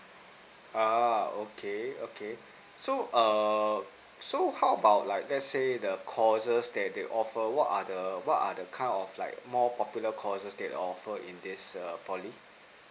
uh okay okay so um so how about like let's say the courses that they offer what are the what are the kind of like more popular courses that they're offer in this err poly